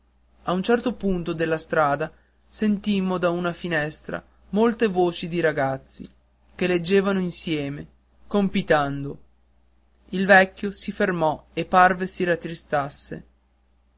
a un certo punto della strada sentimmo da una finestra molte voci di ragazzi che leggevano insieme compitando il vecchio si fermò e parve che si rattristasse